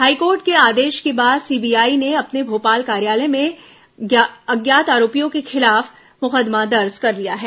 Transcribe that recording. high court के आदेश के बाद सीबीआई ने अपने भोपाल कार्यालय में अज्ञात आरोपियों के खिलाफ मुकदमा दर्ज कर लिया है